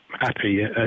happy